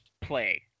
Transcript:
play